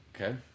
Okay